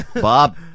Bob